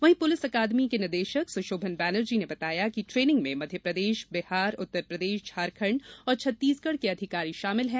वहीं police academy के निदेशक सुशोभन बनर्जी ने बताया कि ट्रेनिंग में मध्यप्रदेश बिहार उत्तरप्रदेश झारखण्ड और छत्तीसगढ़ के अधिकारी शामिल हैं